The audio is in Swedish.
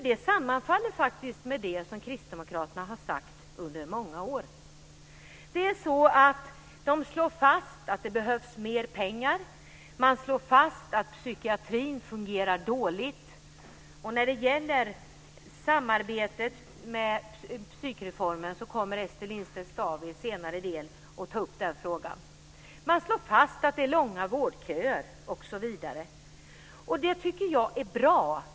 Det sammanfaller faktiskt med det som Kristdemokraterna har sagt under många år. Man slår fast att det behövs mer pengar. Man slår fast att psykiatrin fungerar dåligt. Frågan om samarbetet om psykreformen kommer Ester Lindstedt-Staaf att ta upp senare. Man slår fast att det är långa vårdköer osv. Det tycker jag är bra.